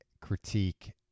critique